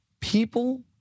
People